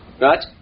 Right